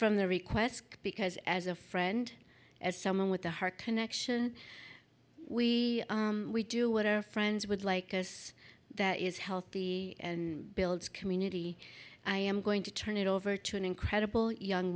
from the request because as a friend as someone with the her connection we we do what our friends would like us that is healthy and builds community i am going to turn it over to an incredible young